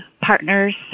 partners